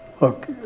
Look